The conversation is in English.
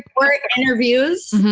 more but interviews.